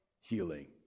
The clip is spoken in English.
healing